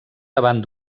davant